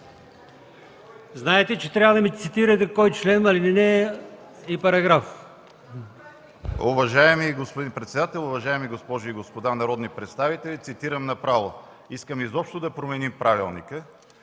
Знаете, че трябва да ми цитирате кой член, алинея и параграф.